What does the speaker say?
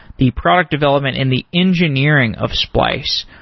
the product development and the engineering of splice.